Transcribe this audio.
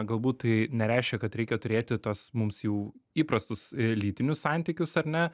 galbūt tai nereiškia kad reikia turėti tuos mums jau įprastus lytinius santykius ar ne